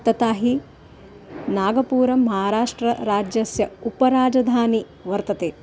तथा हि नागपुरं महाराष्ट्रराज्यस्य उपराजधानी वर्तते